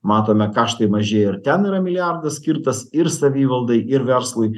matome kaštai mažėja ir ten yra milijardas skirtas ir savivaldai ir verslui